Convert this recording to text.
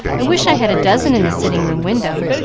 i wish i had a dozen in the sitting-room window.